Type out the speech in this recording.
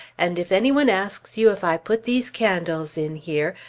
and if any one asks you if i put these candles in here,